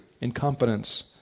incompetence